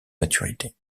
maturité